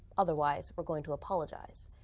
otherwise, we're going to apologize.